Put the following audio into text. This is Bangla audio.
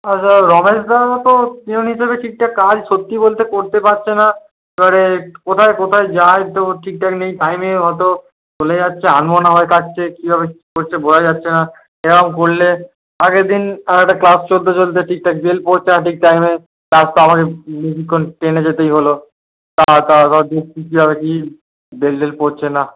হ্যাঁ স্যার রমেশদা তো পিওন হিসেবে ঠিকঠাক কাজ সত্যি বলতে করতে পারছে না এবারে কোথায় কোথায় যায় তো ঠিকঠাক নেই টাইমে হয়তো চলে যাচ্ছে আনমনা হয়ে থাকছে কীভাবে কী করছে বোঝা যাচ্ছে না এরকম করলে আগের দিন আমার একটা ক্লাস চলতে চলতে ঠিকঠাক বেল পড়ছে না ঠিক টাইমে ক্লাস তো আমাকে বেশিক্ষণ টেনে যেতেই হলো তা তারপর দেখছি যে আবার কি বেল ডেল পড়ছে না